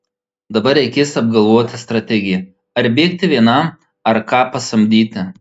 dabar reikės apgalvoti strategiją ar bėgti vienam ar ką pasamdyti